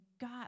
God